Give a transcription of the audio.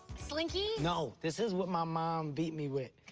slinky? no, this is what my mom beat me with.